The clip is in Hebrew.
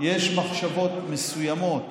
יש מחשבות מסוימות